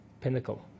pinnacle